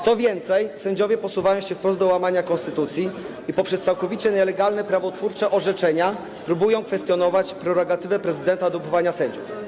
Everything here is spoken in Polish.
Co więcej, sędziowie posuwają się wprost do łamania konstytucji i poprzez całkowicie nielegalne prawotwórcze orzeczenia próbują kwestionować prerogatywę prezydenta do powoływania sędziów.